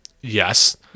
Yes